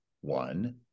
one